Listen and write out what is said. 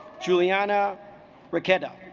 juliana mckenna